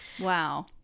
Wow